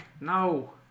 No